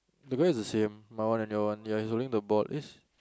because is the same my one and your one ya is only the board is